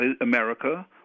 America